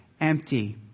empty